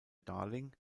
darling